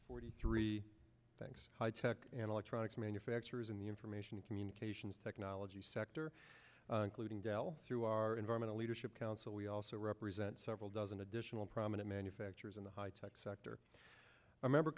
forty three things high tech and electronics manufacturers in the information communications technology sector leading dell through our environmental leadership council we also represent several dozen additional prominent manufacturers in the high tech sector a member